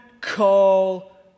call